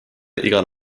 igal